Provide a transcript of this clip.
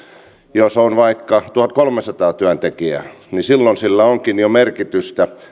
jos on vaikka tuhatkolmesataa työntekijää ja silloin sillä onkin jo merkitystä